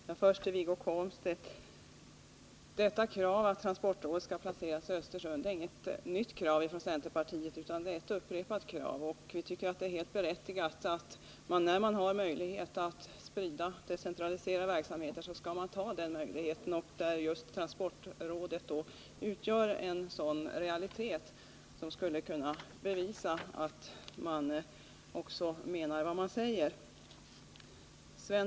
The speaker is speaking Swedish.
Herr talman! Till Wiggo Komstedt: Kravet på att transportrådet skall placeras i Östersund är inget nytt krav från centerpartiet — det är ett upprepat krav. Vi tycker att det är helt berättigat. När man har möjlighet att sprida och decentralisera verksamhet skall man ta den möjligheten. Transportrådet utgör en sådan realitet som skulle kunna bevisa att man menar vad man säger.